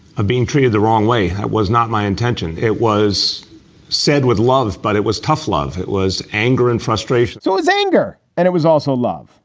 of being treated the wrong way. it was not my intention. it was said with love. but it was tough love. it was anger and frustration so it's anger. and it was also love,